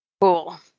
Cool